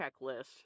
checklist